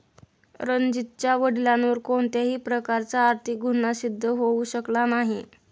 रणजीतच्या वडिलांवर कोणत्याही प्रकारचा आर्थिक गुन्हा सिद्ध होऊ शकला नाही